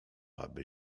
aby